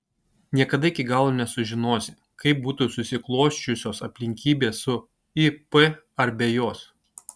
niekada iki galo nesužinosi kaip būtų susiklosčiusios aplinkybės su ip ar be jos